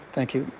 thank you,